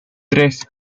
tres